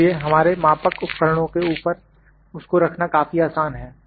इसलिए हमारे मापक उपकरणों के ऊपर इसको रखना काफी आसान है